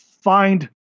find